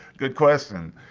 good question.